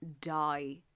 die